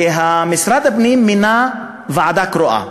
ומשרד הפנים מינה ועדה קרואה.